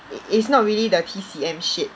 it is not really the T_C_M shit